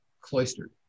cloistered